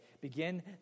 Begin